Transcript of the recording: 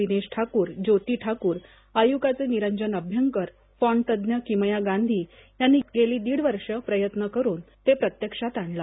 दिनेश ठाकूर ज्योती ठाकूर आयुकाचे निरंजन अभ्यंकर फॉन्टतज्ज्ञ किमया गांधी यांनी गेली दीड वर्ष प्रयत्न करून ते प्रत्यक्षात आणलं